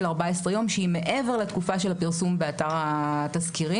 14 יום שהיא מעבר לתקופה של הפרסום באתר התזכירים.